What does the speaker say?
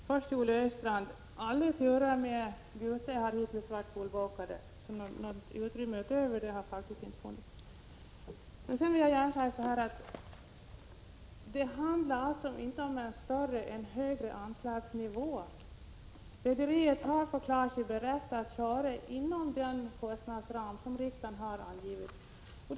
Herr talman! Först vill jag säga till Olle Östrand att alla turer med Gute hittills har varit fullbokade. Något utrymme över har faktiskt inte funnits. Det handlar inte om högre anslagsnivå. Rederiet har förklarat sig berett att trafikera inom den kostnadsram som riksdagen har angivit.